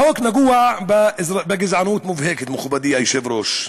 החוק נגוע בגזענות מובהקת, מכובדי היושב-ראש.